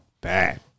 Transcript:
Bad